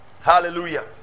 Hallelujah